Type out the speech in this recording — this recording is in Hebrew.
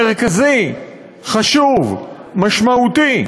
מרכזי, חשוב, משמעותי,